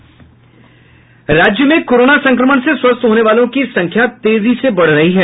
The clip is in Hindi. राज्य में कोरोना संक्रमण से स्वस्थ होने वालों की संख्या तेजी से बढ़ रही है